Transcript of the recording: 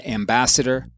ambassador